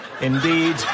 indeed